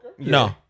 No